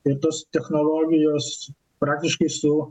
ir tos technologijos praktiškai su